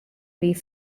wie